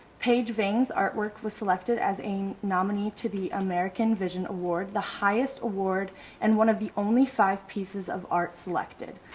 pageving's artwork was selected as a nominee to the american vision award, the highest award and one of the only five pieces of art selected.